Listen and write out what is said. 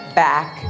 back